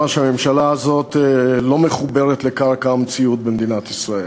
שהממשלה הזאת לא מחוברת לקרקע המציאות במדינת ישראל.